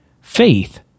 faith